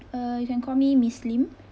uh you can call me miss lim